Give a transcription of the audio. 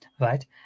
right